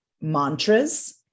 mantras